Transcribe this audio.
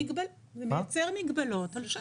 זה מייצר מגבלות על שטח.